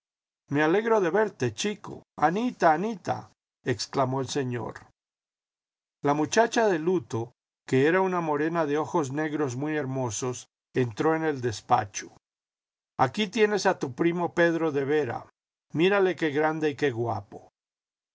me alegro de verte chico janita janita exclamó el señor la muchacha de luto que era una morena de ojos negros muy hermosos entró en el despacho aquí tienes a tu primo pedro de vera mírale qué grande y qué guapo